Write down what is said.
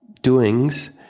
Doings